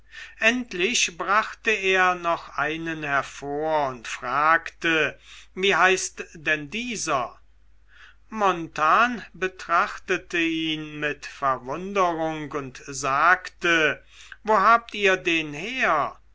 endlich brachte er noch einen hervor und fragte wie heißt denn dieser montan betrachtete ihn mit verwunderung und sagte wo habt ihr den her